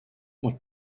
what